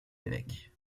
évêque